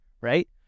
right